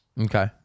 Okay